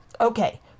Okay